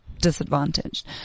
disadvantaged